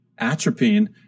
atropine